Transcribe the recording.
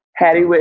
Hattie